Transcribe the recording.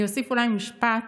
אני אוסיף אולי משפט.